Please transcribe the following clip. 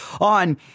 on